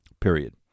Period